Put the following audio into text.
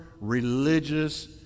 religious